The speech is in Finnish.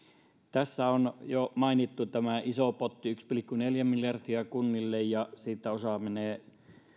tässä on jo mainittu tämä iso potti yksi pilkku neljä miljardia kunnille ja siitä osa menee